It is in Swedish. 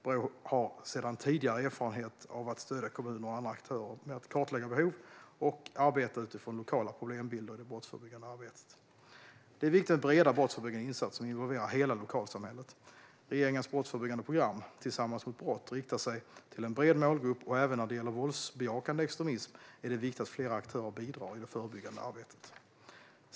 Brå har sedan tidigare erfarenhet av att stödja kommuner och andra aktörer med att kartlägga behov och arbeta utifrån lokala problembilder i det brottsförebyggande arbetet. Det är viktigt med breda brottsförebyggande insatser som involverar hela lokalsamhället. Regeringens brottsförebyggande program, Tillsammans mot brott, riktar sig till en bred målgrupp, och även när det gäller våldsbejakande extremism är det viktigt att flera aktörer bidrar i det förebyggande arbetet.